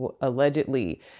allegedly